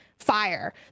fire